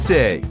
Say